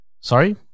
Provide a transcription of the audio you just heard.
Sorry